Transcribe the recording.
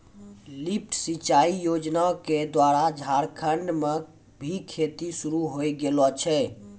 lift सिंचाई योजना क द्वारा झारखंड म भी खेती शुरू होय गेलो छै